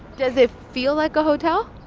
does it feel like a hotel?